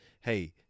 hey –